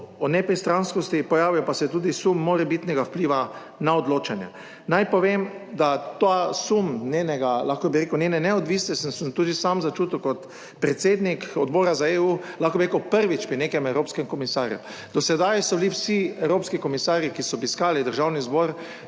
o nepristranskosti, pojavil pa se je tudi sum morebitnega vpliva na odločanje. Naj povem, da ta sum njenega, lahko bi rekel njene neodvisnosti in sem tudi sam začutil kot predsednik Odbora za EU, lahko bi rekel, prvič pri nekem evropskem komisarju. Do sedaj so bili vsi evropski komisarji, ki so obiskali Državni zbor